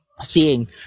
seeing